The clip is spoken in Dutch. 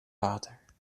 water